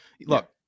look